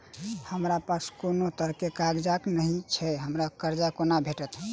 हमरा पास कोनो तरहक कागज नहि छैक हमरा कर्जा कोना भेटत?